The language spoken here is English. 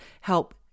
help